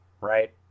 right